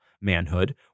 manhood